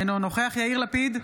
אינו נוכח יאיר לפיד,